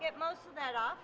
get most of that off